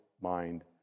mind